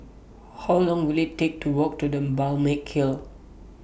How Long Will IT Take to Walk to The Balmeg Hill